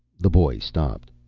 the boy stopped.